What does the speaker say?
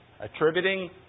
Attributing